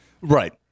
Right